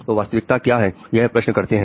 तो वास्तविकता क्या है यह प्रश्न करते हैं